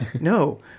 No